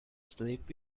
sleep